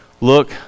Look